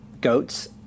goats